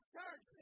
church